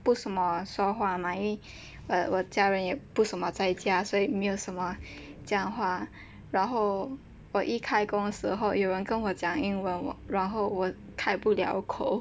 不什么说话吗因额我家人也不什么在家所以没有什么讲话然后我一开工的时候有人跟我讲英文然后我开不了口